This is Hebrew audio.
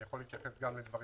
כמובן,